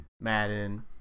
Madden